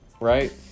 Right